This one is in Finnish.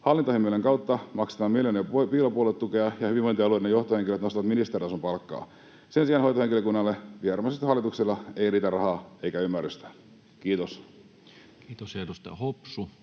Hallintohimmelien kautta maksetaan miljoonia piilopuoluetukea ja hyvinvointialueiden johtohenkilöt nostavat ministeritason palkkaa. Sen sijaan hoitohenkilökunnalle vihervasemmistohallituksella ei riitä rahaa eikä ymmärrystä. — Kiitos. [Speech 394] Speaker: